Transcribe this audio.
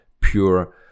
pure